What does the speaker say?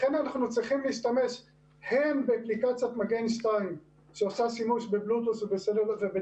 לכן אנחנו צריכים להשתמש הן באפליקציית מגן 2 שעושה שימוש בבלוטות' וב